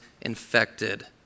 infected